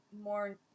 more